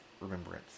remembrance